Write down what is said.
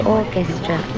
orchestra